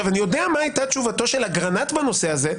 אני יודע מה הייתה תשובת אגרנט בנושא הזה,